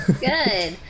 Good